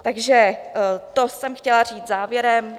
Takže to jsem chtěla říct závěrem.